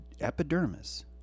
epidermis